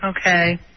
Okay